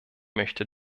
möchte